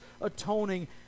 atoning